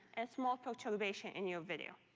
and small perturbations in your video.